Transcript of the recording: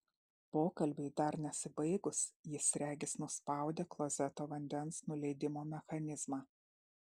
pokalbiui dar nesibaigus jis regis nuspaudė klozeto vandens nuleidimo mechanizmą